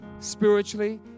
Spiritually